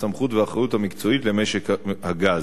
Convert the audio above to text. הסמכות והאחריות המקצועית למשק הגז.